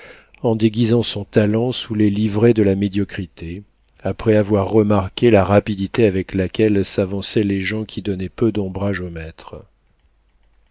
en déguisant son talent sous les livrées de la médiocrité après avoir remarqué la rapidité avec laquelle s'avançaient les gens qui donnaient peu d'ombrage au maître